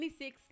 26